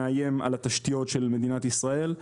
זה גם מאיים על התשתיות של מדינת ישראל,